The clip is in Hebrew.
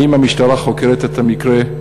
2. האם המשטרה חוקרת את המקרה?